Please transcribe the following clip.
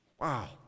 wow